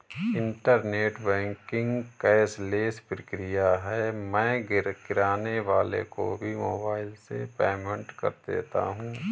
internet banking cashless प्रक्रिया है मैं किराने वाले को भी मोबाइल से पेमेंट कर देता हूँ